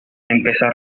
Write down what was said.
empezar